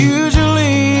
usually